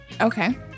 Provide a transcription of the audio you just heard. Okay